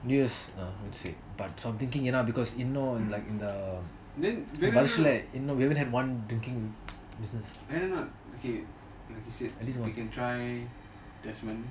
new years but because I'm thinking என்ன இன்னும் இந்த வருசத்துல:enna inum intha varusathula we haven't had one drinking business